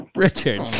Richard